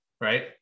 right